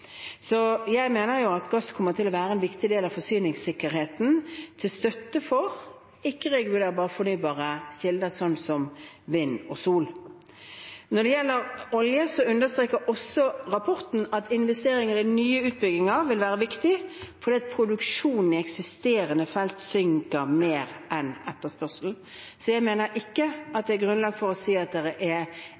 Så jeg mener at gass kommer til å være en viktig del av forsyningssikkerheten, til støtte for ikke-regulerbare, fornybare energikilder, som vind og sol. Når det gjelder olje, understreker rapporten at investeringer i nye utbygginger vil være viktig fordi produksjonen i eksisterende felt synker mer enn etterspørselen. Så jeg mener ikke det er grunnlag for å si at det er